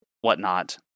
whatnot